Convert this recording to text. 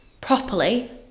properly